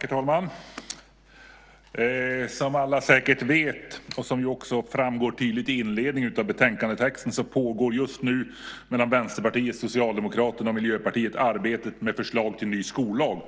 Herr talman! Som alla säkert vet, och som också framgår tydligt i inledningen av betänkandetexten, pågår just nu mellan Vänsterpartiet, Socialdemokraterna och Miljöpartiet arbetet med förslag till ny skollag.